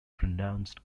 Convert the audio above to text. pronounced